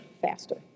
faster